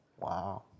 Wow